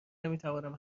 نمیتوانم